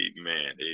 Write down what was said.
Amen